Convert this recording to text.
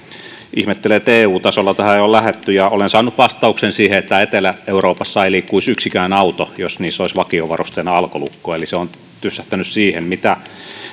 ihmettelen että eu tasolla tähän ei ole lähdetty olen saanut siihen vastauksen että etelä euroopassa ei liikkuisi yksikään auto jos niissä olisi vakiovarusteena alkolukko eli se on tyssähtänyt siihen mitä